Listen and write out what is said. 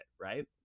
right